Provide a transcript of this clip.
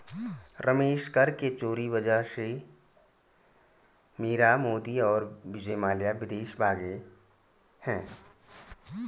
रमेश कर के चोरी वजह से मीरा मोदी और विजय माल्या विदेश भागें हैं